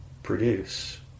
Produce